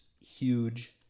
Huge